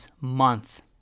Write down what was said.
month